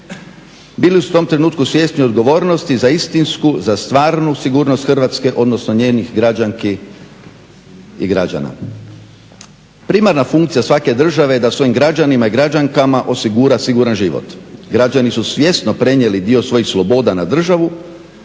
Bili su u tom trenutku svjesni odgovornosti za istinsku, za stvarnu sigurnost Hrvatske odnosno njenih građanki i građana. Primarna funkcija svake države da svojim građanima i građankama osigura siguran život, građani su svjesno prenijeli dio svojih sloboda na državu